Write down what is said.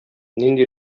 нинди